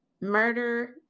murder